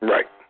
Right